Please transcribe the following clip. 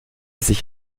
sich